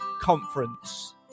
conference